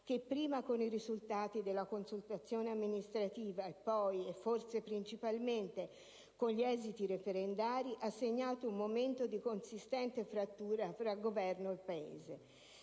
che, prima con i risultati della consultazione amministrativa e poi - e forse principalmente - con gli esiti referendari, ha segnato un momento di consistente frattura tra Governo e Paese.